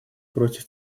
против